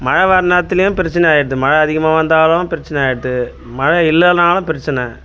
மழை வர்ற நேரத்திலையும் பிரச்சனை ஆயிடுது மழை அதிகமாக வந்தாலும் பிரச்சனை ஆயிடுது மழை இல்லைன்னாலும் பிரச்சனை